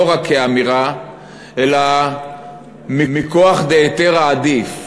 לא רק כאמירה אלא מכוח דהיתרא עדיף,